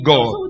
God